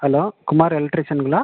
hello Kumar எலக்ட்ரிஷனுங்களா